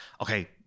okay